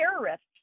terrorists